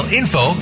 info